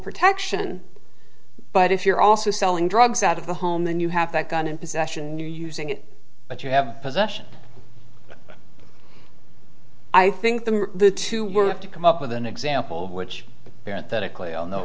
protection but if you're also selling drugs out of the home then you have that gun in possession knew using it but you have possession i think that the two were to come up with an example which parent